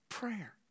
prayer